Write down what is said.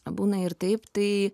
būna ir taip tai